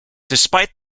despite